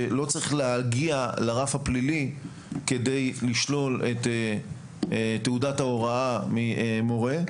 שלא צריך להגיע לרף הפלילי כדי לשלול את תעודת ההוראה ממורה.